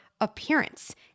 appearance